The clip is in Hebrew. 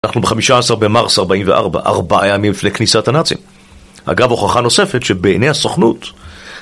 אנחנו ב-15 במארס 44, ארבעה ימים לפני כניסת הנאצים, אגב הוכחה נוספת שבעיני הסוכנות